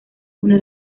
una